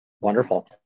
Wonderful